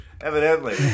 Evidently